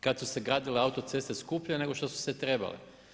Kad su se gradile autoceste skuplje nego što su se trebale.